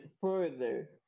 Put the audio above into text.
further